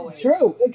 true